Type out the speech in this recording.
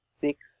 six